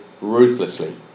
ruthlessly